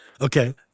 Okay